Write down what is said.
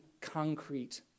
concrete